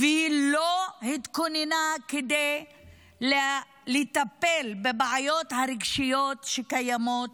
והיא לא התכוננה לטפל בבעיות הרגשיות שקיימות